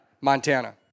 Montana